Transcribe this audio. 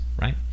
right